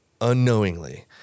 unknowingly